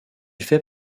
fait